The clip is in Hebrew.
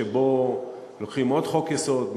שבו לוקחים עוד חוק-יסוד,